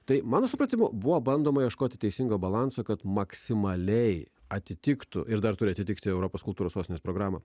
tai mano supratimu buvo bandoma ieškoti teisingo balanso kad maksimaliai atitiktų ir dar turi atitikti europos kultūros sostinės programą